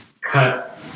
cut